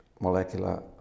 molecular